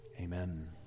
Amen